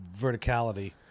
verticality